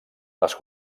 les